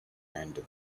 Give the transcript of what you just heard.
and